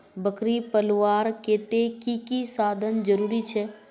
बकरी पलवार केते की की साधन जरूरी छे?